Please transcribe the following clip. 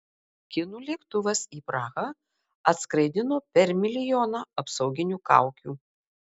kinų lėktuvas į prahą atskraidino per milijoną apsauginių kaukių